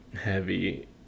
heavy